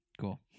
Cool